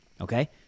okay